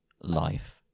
life